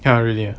!huh! really